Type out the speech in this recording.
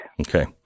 Okay